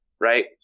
right